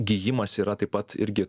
gijimas yra taip pat irgi